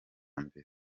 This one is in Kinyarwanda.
mbere